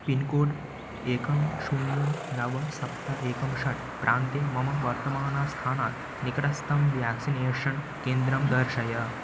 pincode एकं शून्यं नव सप्त एकं षट् प्रान्ते मम वर्तमानास्थानात् निकटस्थं व्याक्सिनेषन् केन्द्रं दर्शय